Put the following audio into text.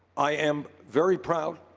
i am very proud